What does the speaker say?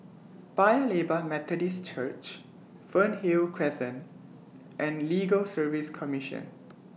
Paya Lebar Methodist Church Fernhill Crescent and Legal Service Commission